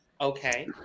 Okay